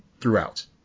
throughout